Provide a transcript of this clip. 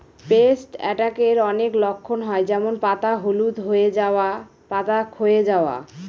paste অ্যাটাকের অনেক লক্ষণ হয় যেমন পাতা হলুদ হয়ে যাওয়া, পাতা ক্ষয়ে যাওয়া